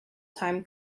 time